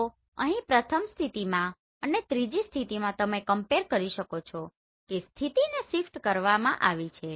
તો અહીં પ્રથમ સ્થિતિમાં અને ત્રીજી સ્થિતિમાં તમે કમ્પેર કરી શકો છો કે સ્થિતિને સીફ્ટ કરવામાં આવી છે